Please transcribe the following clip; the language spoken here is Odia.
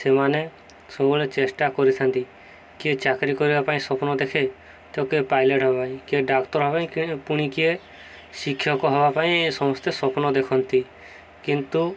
ସେମାନେ ସବୁବେଳେ ଚେଷ୍ଟା କରିଥାନ୍ତି କିଏ ଚାକିରି କରିବା ପାଇଁ ସ୍ୱପ୍ନ ଦେଖେ ତ କିଏ ପାଇଲଟ୍ ହେବା ପାଇଁ କିଏ ଡାକ୍ତର ହେବା ପାଇଁ ପୁଣି କିଏ ଶିକ୍ଷକ ହେବା ପାଇଁ ଏ ସମସ୍ତେ ସ୍ୱପ୍ନ ଦେଖନ୍ତି କିନ୍ତୁ